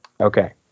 Okay